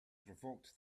provoked